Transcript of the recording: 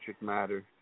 matter